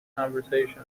conversation